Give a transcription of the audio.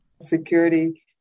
Security